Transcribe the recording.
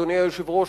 אדוני היושב-ראש,